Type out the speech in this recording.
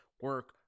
Work